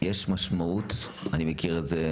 יש משמעות אני מכיר את זה,